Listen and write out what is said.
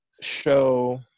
show